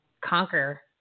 conquer